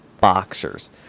boxers